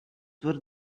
were